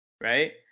right